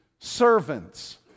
servants